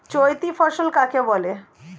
চৈতি ফসল কাকে বলে?